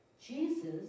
Jesus